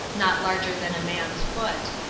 not larger than a man's foot.